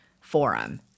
forum